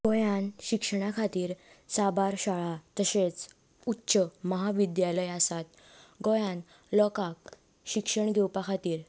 गोंयांत शिक्षणा खातीर साबार शाळा तश्योच उच्च म्हाविद्यालयां आसात गोंयांत लोकांक शिक्षण घेवपा खातीर